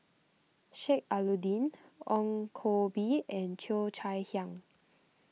Sheik Alau'ddin Ong Koh Bee and Cheo Chai Hiang